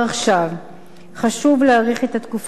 חשוב להאריך את התקופה כמה שיותר.